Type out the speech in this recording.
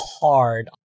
hard